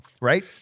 right